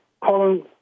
Colin